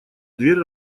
дверь